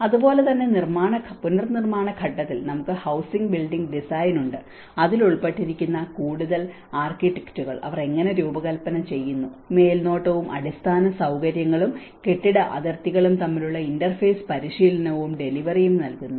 അതുപോലെ തന്നെ പുനർനിർമ്മാണ ഘട്ടത്തിൽ നമുക്ക് ഹൌസിംഗ് ബിൽഡിംഗ് ഡിസൈൻ ഉണ്ട് അതിൽ ഉൾപ്പെട്ടിരിക്കുന്ന കൂടുതൽ ആർക്കിടെക്റ്റുകൾ അവർ എങ്ങനെ രൂപകൽപ്പന ചെയ്യുന്നു മേൽനോട്ടവും അടിസ്ഥാന സൌകര്യങ്ങളും കെട്ടിട അതിർത്തികളും തമ്മിലുള്ള ഇന്റർഫേസ് പരിശീലനവും ഡെലിവറിയും നൽകുന്നു